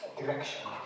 direction